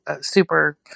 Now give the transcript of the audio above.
super